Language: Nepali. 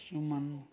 सुमन